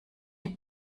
die